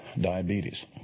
diabetes